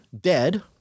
dead